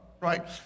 right